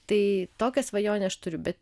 tai tokią svajonę aš turiu bet